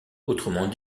autrement